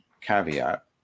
caveat